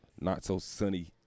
not-so-sunny